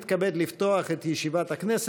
תודה.